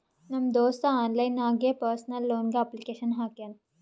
ನಮ್ ದೋಸ್ತ ಆನ್ಲೈನ್ ನಾಗೆ ಪರ್ಸನಲ್ ಲೋನ್ಗ್ ಅಪ್ಲಿಕೇಶನ್ ಹಾಕ್ಯಾನ್